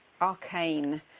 arcane